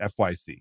fyc